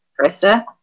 Krista